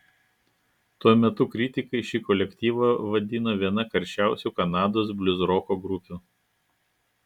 tuo metu kritikai šį kolektyvą vadino viena karščiausių kanados bliuzroko grupių